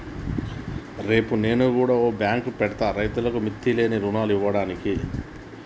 రేపు నేను గుడ ఓ బాంకు పెడ్తా, రైతులకు మిత్తిలేని రుణాలియ్యడానికి